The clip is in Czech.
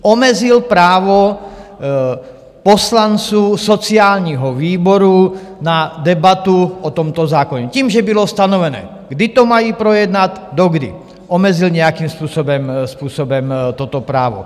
Omezil právo poslanců sociálního výboru na debatu o tomto zákoně tím, že bylo stanovené, kdy to mají projednat, do kdy, omezil nějakým způsobem toto právo.